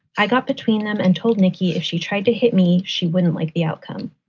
i got between them and told nikki if she tried to hit me, she wouldn't like the outcome.